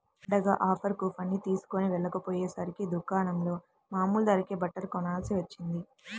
పండగ offer coupon తీస్కొని వెళ్ళకపొయ్యేసరికి దుకాణంలో మామూలు ధరకే బట్టలు కొనాల్సి వచ్చింది